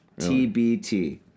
TBT